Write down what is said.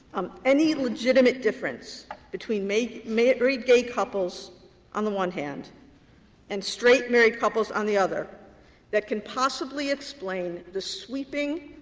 um any legitimate difference between married gay couples on the one hand and straight married couples on the other that can possibly explain the sweeping,